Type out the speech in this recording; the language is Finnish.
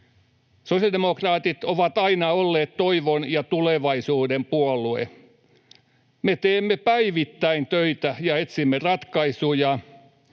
Sosiaalidemokraatit ovat aina olleet toivon ja tulevaisuuden puolue. Me teemme päivittäin töitä ja etsimme ratkaisuja,